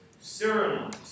ceremonies